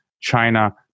China